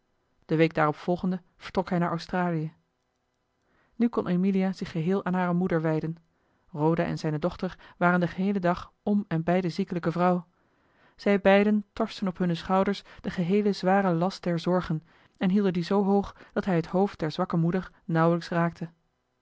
de week daaropvolgende vertrok hij naar australië nu kon emilia zich geheel aan hare moeder wijden roda en zijne dochter waren den geheelen dag om en bij de ziekelijke vrouw zij beiden torsten op hunne schouders den geheelen zwaren last der zorgen en hielden dien zoo hoog dat hij het hoofd der zwakke moeder nauwlijks raakte